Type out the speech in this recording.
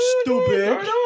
stupid